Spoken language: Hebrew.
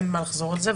אין מה לחזור על זה.